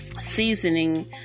seasoning